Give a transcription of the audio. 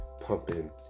pumping